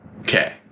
Okay